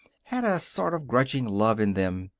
had a sort of grudging love in them.